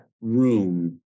room